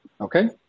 Okay